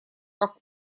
как